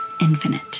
infinite